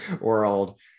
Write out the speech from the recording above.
world